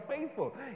faithful